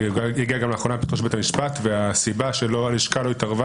זה הגיע לאחרונה לבית המשפט והסיבה שהלשכה לא התערבה